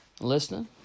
listening